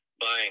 buying